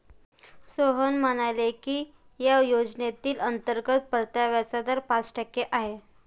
सोहन म्हणाले की या योजनेतील अंतर्गत परताव्याचा दर पाच टक्के आहे